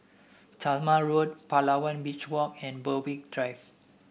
Talma Road Palawan Beach Walk and Berwick Drive